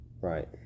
right